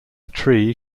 tree